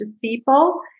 people